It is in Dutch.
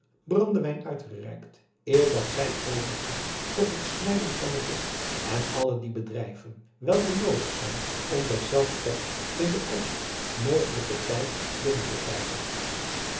brandewijn uitgereikt eer dat zij overging tot het snijden van den visch en alle die bedrijven welke noodig zijn om deszelfs spek in den kortst mogelijken tijd binnen te krijgen